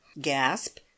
Gasp